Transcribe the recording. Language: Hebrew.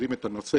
שמכירים את הנושא,